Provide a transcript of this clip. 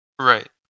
Right